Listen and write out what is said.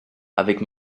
avec